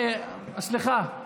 סליחה.